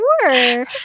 sure